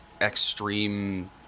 extreme